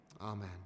Amen